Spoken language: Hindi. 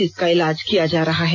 जिसका इलाज किया जा रहा है